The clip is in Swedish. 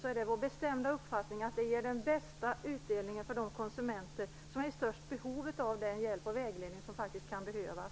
Det är vår bestämda uppfattning att det ger den bästa utdelningen för de konsumenter som är i störst behov av den hjälp och vägledning som faktiskt kan behövas.